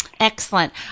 Excellent